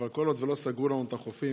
אבל כל עוד לא סגרו לנו את החופים,